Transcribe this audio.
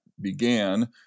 began